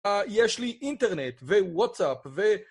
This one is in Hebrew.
יש לי אינטרנט ווואטסאפ ו...